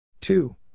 two